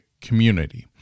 community